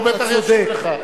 הוא בטח ישיב לך.